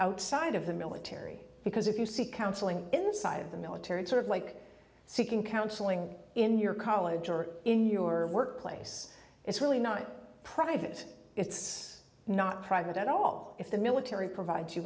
outside of the military because if you seek counseling inside of the military sort of like seeking counseling in your college or in your workplace it's really not private it's not private at all if the military provides you